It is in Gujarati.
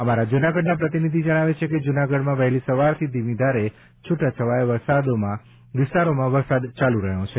અમારા જૂનાગઢના પ્રતિનિધિ જણાવે છે કે જૂનાગઢમાં વહેલી સવારથી ધીમી ધારે છૂટો છવાયા વિસ્તારોમાં વરસાદ ચાલુ છે